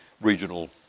regional